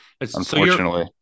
unfortunately